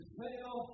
fail